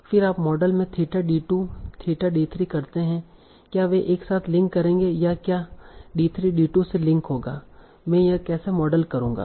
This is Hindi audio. फिर आप मॉडल में थीटा d2 थीटा d3 करते है क्या वे एक साथ लिंक करेंगे या क्या d3 d2 से लिंक होगा मैं यह कैसे मॉडल करूंगा